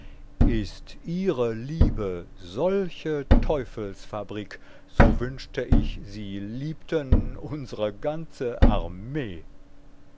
ist ihre liebe solche teufelsfabrik so wünschte ich sie liebten unsre ganze armee